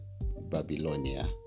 Babylonia